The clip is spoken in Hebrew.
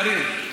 קארין.